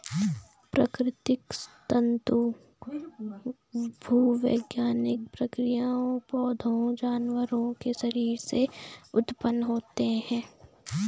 प्राकृतिक तंतु भूवैज्ञानिक प्रक्रियाओं, पौधों, जानवरों के शरीर से उत्पन्न होते हैं